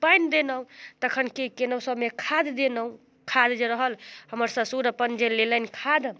पानि देलहुँ तखन कि केलहुँ सबमे खाद देलहुँ खाद जे रहल हमर ससुर अपन जे लेलनि जे खाद